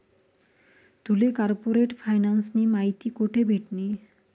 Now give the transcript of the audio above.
तुले कार्पोरेट फायनान्सनी माहिती कोठे भेटनी?